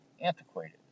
antiquated